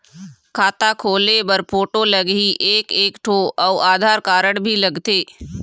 खाता खोले बर फोटो लगही एक एक ठो अउ आधार कारड भी लगथे?